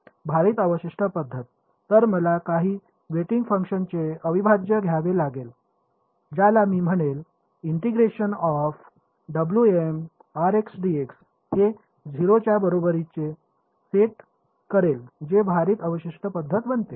भारित अवशिष्ट पद्धत तर मला काही वेटिंग फंक्शनचे अविभाज्य घ्यावे लागेल ज्याला मी म्हणेल हे 0 च्या बरोबरीने सेट करेल जे भारित अवशिष्ट पद्धत बनते